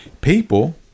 People